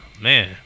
Man